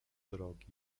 drogi